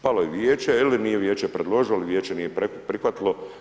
Palo je vijeće ili nije vijeće predložilo ili vijeće nije prihvatilo.